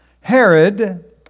Herod